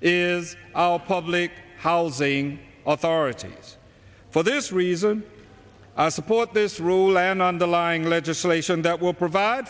in our public housing authority for this reason i support this rule and underlying legislation that will provide